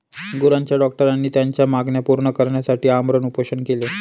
गुरांच्या डॉक्टरांनी त्यांच्या मागण्या पूर्ण करण्यासाठी आमरण उपोषण केले